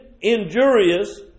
injurious